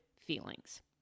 feelings